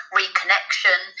reconnection